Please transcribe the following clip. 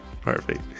perfect